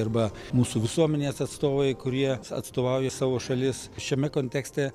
arba mūsų visuomenės atstovai kurie atstovauja savo šalis šiame kontekste